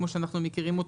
כמו שאנחנו מכירים,